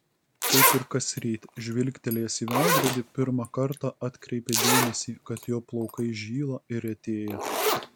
kaip ir kasryt žvilgtelėjęs į veidrodį pirmą kartą atkreipė dėmesį kad jo plaukai žyla ir retėja